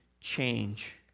change